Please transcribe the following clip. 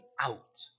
out